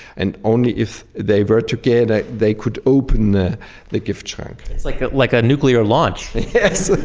and only if they were together they could open ah the giftschrank it's like like a nuclear launch yes.